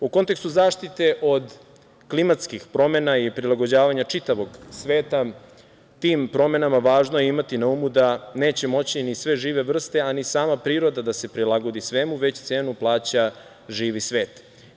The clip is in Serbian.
U kontekstu zaštite od klimatskih promena i prilagođavanja čitavog sveta tim promenama, važno je imati na umu da neće moći ni sve žive vrste a ni sama priroda da se prilagodi svemu, već cenu plaća živi svet.